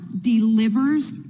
delivers